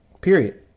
Period